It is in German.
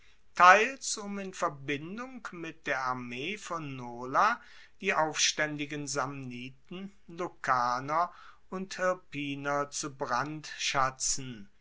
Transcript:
teils um in verbindung mit der armee von nola die aufstaendigen samniten lucaner und hirpiner zu brandschatzen